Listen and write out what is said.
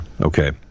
okay